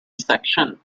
section